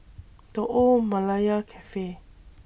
The Old Malaya Cafe